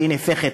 שהיא נהפכת,